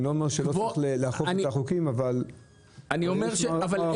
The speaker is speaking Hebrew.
אני לא אומר שלא צריך לאכוף את החוקים אבל צריך לעשות